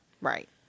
right